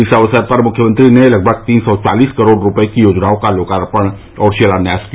इस अवसर पर मुख्यमंत्री ने लगभग तीन सौ चालीस करोड़ रूपये की योजनाओं का लोकार्पण और शिलान्यास किया